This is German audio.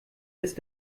ist